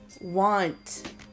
want